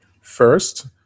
First